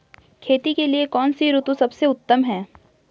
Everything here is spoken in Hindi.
खेती के लिए कौन सी ऋतु सबसे उत्तम है?